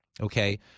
okay